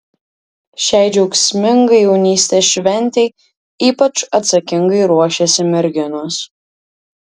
šiai džiaugsmingai jaunystės šventei ypač atsakingai ruošiasi merginos